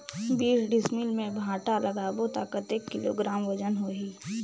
बीस डिसमिल मे भांटा लगाबो ता कतेक किलोग्राम वजन होही?